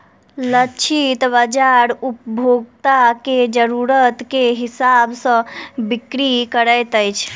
लक्षित बाजार उपभोक्ता के जरुरत के हिसाब सॅ बिक्री करैत अछि